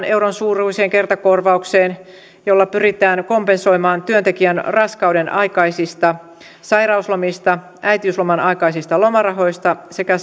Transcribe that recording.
euron suuruiseen kertakorvaukseen jolla pyritään kompensoimaan työntekijän raskauden aikaisista sairauslomista äitiysloman aikaisista lomarahoista sekä